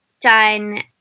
done